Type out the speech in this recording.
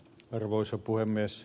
arvoisa puhemies